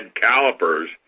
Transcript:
calipers